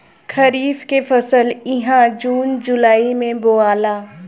खरीफ के फसल इहा जून जुलाई में बोआला